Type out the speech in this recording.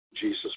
Jesus